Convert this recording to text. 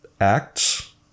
acts